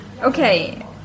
okay